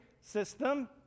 system